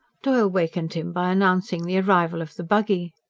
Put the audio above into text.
doyle wakened him by announcing the arrival of the buggy.